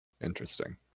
Interesting